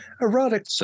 erotic